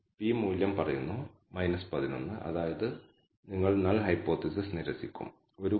001 തിരഞ്ഞെടുക്കുകയാണെങ്കിൽ നിങ്ങൾ ശൂന്യമായ സിദ്ധാന്തം നിരസിക്കുകയില്ല